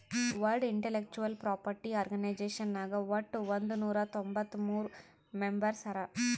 world intellectual property organisation ನಾಗ್ ವಟ್ ಒಂದ್ ನೊರಾ ತೊಂಬತ್ತ ಮೂರ್ ಮೆಂಬರ್ಸ್ ಹರಾ